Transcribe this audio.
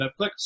Netflix